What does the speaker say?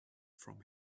from